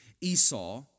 Esau